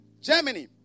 Germany